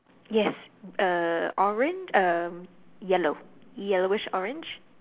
yes uh orange uh yellow yellowish orange